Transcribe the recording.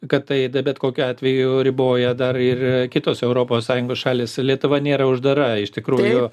kad tai na bet kokiu atveju riboja dar ir kitos europos sąjungos šalys lietuva nėra uždara iš tikrųjų